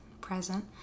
present